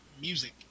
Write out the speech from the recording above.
music